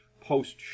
post